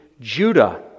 Judah